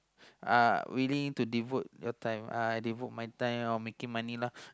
uh willing to develop your time I devote my time into making money lah